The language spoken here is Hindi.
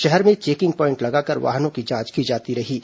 शहर में चेकिंग प्वाइंट लगाकर वाहनों की जांच की जा रही है